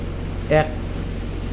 এক